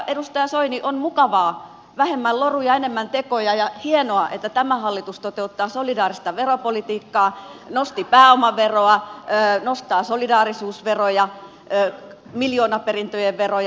edustaja soini on mukavaa että on vähemmän loruja enemmän tekoja ja hienoa että tämä hallitus toteuttaa solidaarista veropolitiikkaa nosti pääomaveroa nostaa solidaarisuusveroja miljoonaperintöjen veroja